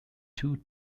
two